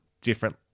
different